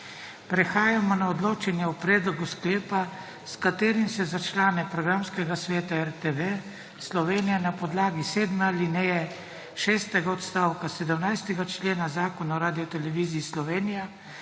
Prehajamo na odločanje o predlogu sklepa, s katerim se za člane Programskega sveta RTV Slovenija, na podlagi sedme alineje šestega odstavka 17. člena Zakona o Radioteleviziji Slovenija,